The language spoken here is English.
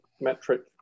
metric